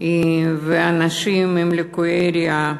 ולאנשים עם ליקוי ראייה,